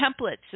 templates